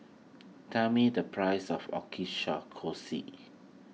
tell me the price of